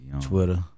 Twitter